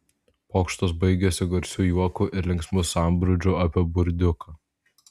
pokštas baigėsi garsiu juoku ir linksmu sambrūzdžiu apie burdiuką